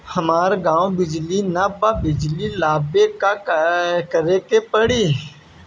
हमरा गॉव बिजली न बा बिजली लाबे ला का करे के पड़ी?